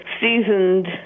seasoned